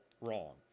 wrong